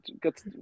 got